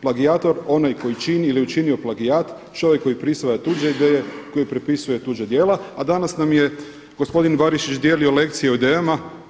Plagijator onaj koji čini ili je učinio plagijat, čovjek koji prisvaja tuđe ideje, koji prepisuje tuđa djela a danas nam je gospodin Barišić dijelio lekcije o idejama.